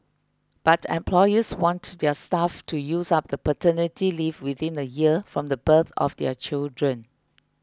but employers want their staff to use up the paternity leave within a year from the birth of their children